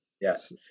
Yes